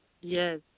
yes